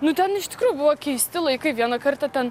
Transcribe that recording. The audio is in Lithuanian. nu ten iš tikrųjų buvo keisti laikai vieną kartą ten